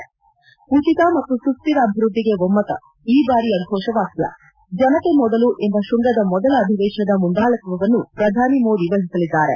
ಉಚಿತ ಮತ್ತು ಸುಸ್ತಿರ ಅಭಿವೃದ್ದಿಗೆ ಒಮ್ನತ ಈ ಬಾರಿಯ ಘೋಷ ವಾಕ್ತ ಜನತೆ ಮೊದಲು ಎಂಬ ಶೃಂಗದ ಮೊದಲ ಅಧಿವೇಶನದ ಮುಂದಾಳಾತ್ವವನ್ನು ಪ್ರಧಾನಿ ಮೋದಿ ವಹಿಸಲಿದ್ದಾರೆ